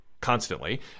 constantly